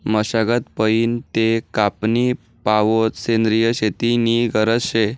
मशागत पयीन ते कापनी पावोत सेंद्रिय शेती नी गरज शे